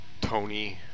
Tony